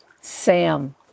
Sam